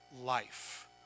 life